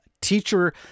teacher